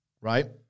right